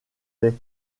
les